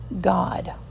God